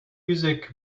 music